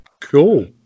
Cool